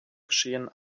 geschehen